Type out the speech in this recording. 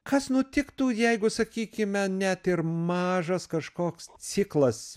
kas nutiktų jeigu sakykime net ir mažas kažkoks ciklas